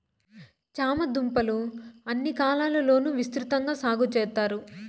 చామ దుంపలు అన్ని కాలాల లోనూ విసృతంగా సాగు చెత్తారు